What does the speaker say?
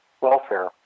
welfare